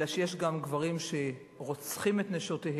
אלא שיש גם גברים שרוצחים את נשותיהם,